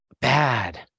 Bad